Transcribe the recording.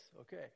Okay